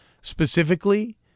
specifically